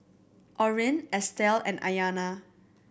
Orrin Estell and Aiyana